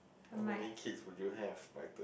how many kids would you have by thir~